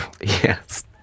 Yes